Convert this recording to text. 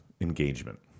engagement